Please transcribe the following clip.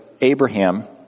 Abraham